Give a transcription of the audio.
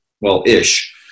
well-ish